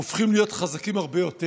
הופכים להיות חזקים הרבה יותר.